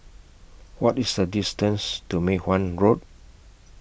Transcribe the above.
What IS The distance to Mei Hwan Road